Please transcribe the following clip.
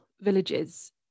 villages